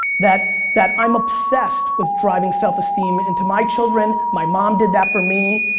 that that i'm obsessed with driving self-esteem into my children, my mom did that for me,